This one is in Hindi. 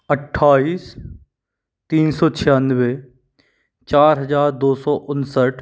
अठाईस तीन सौ छियानवे चार हजार दो सौ उनसठ